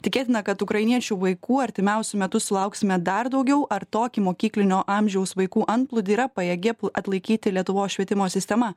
tikėtina kad ukrainiečių vaikų artimiausiu metu sulauksime dar daugiau ar tokį mokyklinio amžiaus vaikų antplūdį yra pajėgi atlaikyti lietuvos švietimo sistema